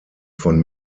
von